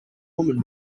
woman